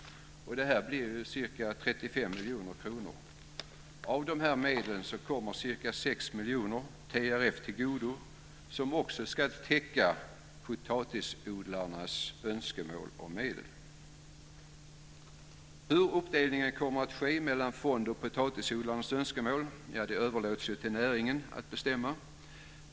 Det blir ca 35 miljoner kronor. Av dessa medel kommer ca 6 miljoner TRF till godo, som också ska täcka potatisodlarnas önskemål om medel. Hur uppdelningen kommer att ske mellan fonden och potatisodlarnas önskemål överlåts till näringen att bestämma.